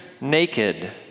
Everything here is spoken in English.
naked